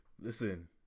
Listen